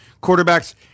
Quarterbacks